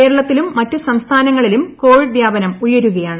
കേരളത്തിലും മറ്റ് സംസ്ഥാനങ്ങളിലും കോവിഡ് വ്യാപനം ഉയരുകയാണ്